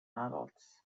adults